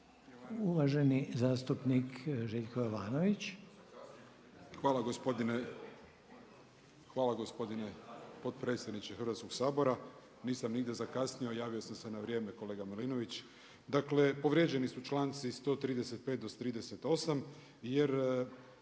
**Jovanović, Željko (SDP)** Hvala gospodine potpredsjedniče Hrvatskoga sabora. Nisam nigdje zakasnio, javio sam se na vrijeme kolega Milinović. Dakle, povrijeđeni su članci 135 do 138. jer